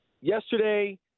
Yesterday